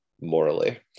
morally